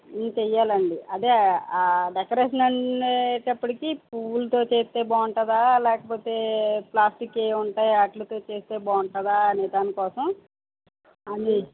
ఇవి చేయాలండి అదే ఆ డెకరేషన్ అనేటప్పటికి పువ్వులతో చేస్తే బాగుంటుందా లేకపోతే ప్లాస్టిక్ ఏవి ఉంటాయో వాటితో చేస్తే బాగుంటుందా అనే దాని కోసం అని